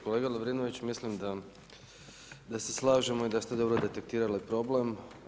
Kolega Lovrinović, mislim da se slažemo i da ste dobro detektirali problem.